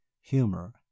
humor